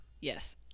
Yes